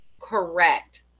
correct